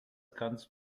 kannst